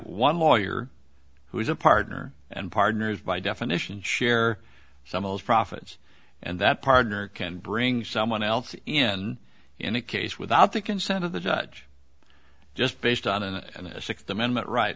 one lawyer who is a partner and partners by definition share some of those profits and that partner can bring someone else in in a case without the consent of the judge just based on an